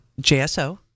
JSO